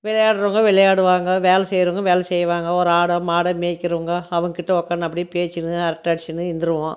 விளையாடுறவங்க விளையாடுவாங்க வேலை செய்கிறவங்க வேலை செய்வாங்க ஒரு ஆடோ மாடோ மேய்க்கிறவங்க அவங்க கிட்ட உக்காந்து அப்படியே பேசினு அரட்டை அடிச்சின்னு இருந்துடுவோம்